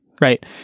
right